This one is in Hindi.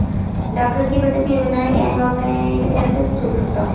डाकघर की बचत योजनाएँ क्या हैं और मैं इसे कैसे चुन सकता हूँ?